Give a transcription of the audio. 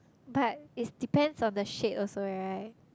but is depends of the shape also right